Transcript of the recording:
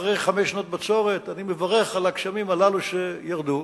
אחרי חמש שנות בצורת אני מברך על הגשמים הללו שירדו.